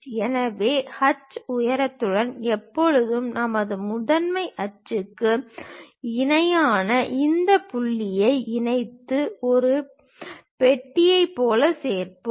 எனவே H நீளத்துடன் எப்போதும் நமது முதன்மை அச்சுக்கு இணையாக இந்த புள்ளிகளை இணைத்து ஒரு பெட்டியைப் போல சேர்ப்போம்